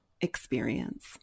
experience